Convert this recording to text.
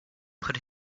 put